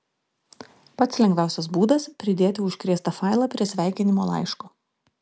pats lengviausias būdas pridėti užkrėstą failą prie sveikinimo laiško